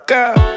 Girl